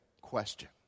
question